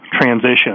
transition